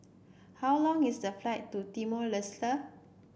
how long is the flight to Timor Leste